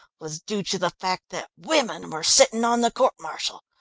was due to the fact that women were sitting on the court martial,